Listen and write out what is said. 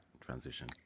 transition